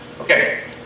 Okay